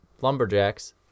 lumberjacks